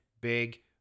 Big